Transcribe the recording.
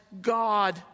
God